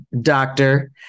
doctor